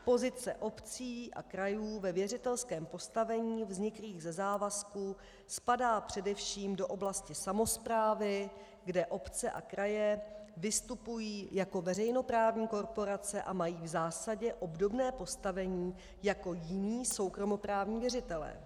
Pozice obcí a krajů ve věřitelském postavení vzniklém ze závazků spadá především do oblasti samosprávy, kde obce a kraje vystupují jako veřejnoprávní korporace a mají v zásadě obdobné postavení jako jiní soukromoprávní věřitelé.